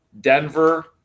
Denver